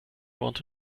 want